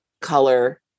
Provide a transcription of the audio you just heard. color